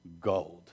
gold